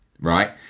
Right